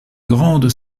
grande